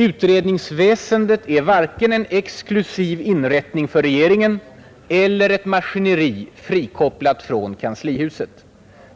Utredningsväsendet är varken en exklusiv inrättning för regeringen eller ett maskineri frikopplat från Kanslihuset.